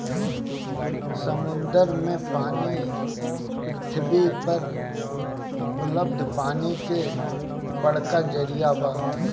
समुंदर के पानी पृथ्वी पर उपलब्ध पानी के बड़का जरिया बा